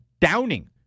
downing